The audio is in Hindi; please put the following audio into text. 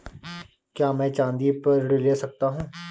क्या मैं चाँदी पर ऋण ले सकता हूँ?